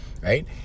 right